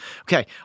Okay